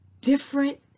different